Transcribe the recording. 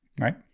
Right